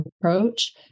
approach